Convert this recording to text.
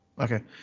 Okay